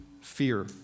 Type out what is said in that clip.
fear